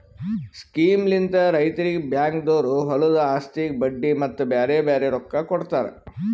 ಸ್ಕೀಮ್ಲಿಂತ್ ರೈತುರಿಗ್ ಬ್ಯಾಂಕ್ದೊರು ಹೊಲದು ಆಸ್ತಿಗ್ ಬಡ್ಡಿ ಮತ್ತ ಬ್ಯಾರೆ ಬ್ಯಾರೆ ರೊಕ್ಕಾ ಕೊಡ್ತಾರ್